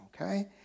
Okay